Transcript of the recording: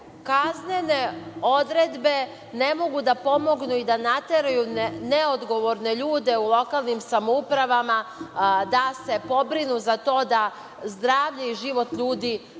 kaznene odredbe ne mogu da pomognu i da nateraju neodgovorne ljude u lokalnim samoupravama da se pobrinu za to da zdravlje i život ljudi